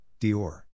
Dior